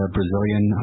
Brazilian